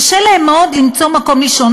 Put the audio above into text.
קשה להם מאוד למצוא מקום לישון,